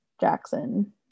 Jackson